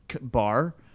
bar